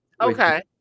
Okay